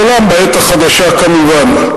מעולם בעת החדשה כמובן.